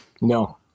No